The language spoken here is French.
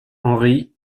henri